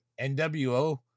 NWO